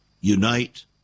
unite